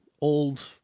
old